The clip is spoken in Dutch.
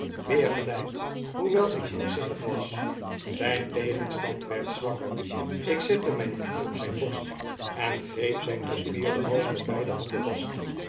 weer gelijk hoewel ik krankzinnig was zijn tegenstand werd zwakker ik zette mijn knie op zijn borst en greep zijn gespierden hals met beide handen vast